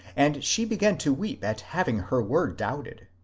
and she began to weep at having her word doubted.